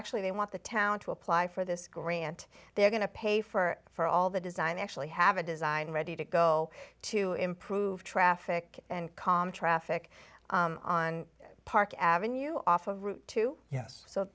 actually they want the town to apply for this grant they're going to pay for it for all the design actually have a design ready to go to improve traffic and calm traffic on park avenue off of route two yes so